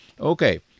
Okay